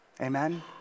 amen